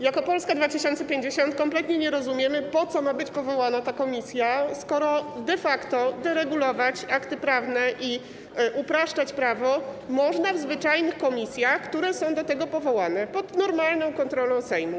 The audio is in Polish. Jako Polska 2050 kompletnie nie rozumiemy, po co ma być powołana ta komisja, skoro de facto deregulować akty prawne i upraszczać prawo można w zwyczajnych komisjach, które są do tego powołane, pod normalną kontrolą Sejmu.